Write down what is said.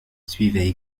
suivaient